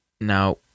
Now